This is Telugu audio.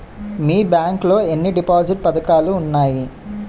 మీ బ్యాంక్ లో ఎన్ని డిపాజిట్ పథకాలు ఉన్నాయి?